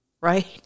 right